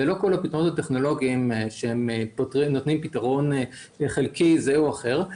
לא כל הפתרונות הטכנולוגיים שנותנים מענה חלקי כזה או אחר,